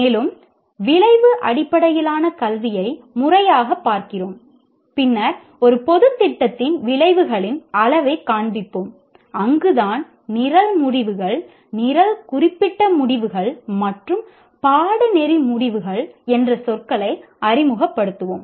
மேலும் விளைவு அடிப்படையிலான கல்வியை முறையாகப் பார்க்கிறோம் பின்னர் ஒரு பொதுத் திட்டத்தின் விளைவுகளின் அளவைக் காண்பிப்போம் அங்குதான் நிரல் முடிவுகள் நிரல் குறிப்பிட்ட முடிவுகள் மற்றும் பாடநெறி முடிவுகள் என்ற சொற்களை அறிமுகப்படுத்துவோம்